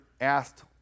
asked